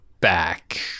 back